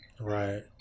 Right